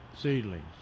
seedlings